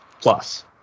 plus